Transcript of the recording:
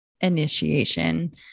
initiation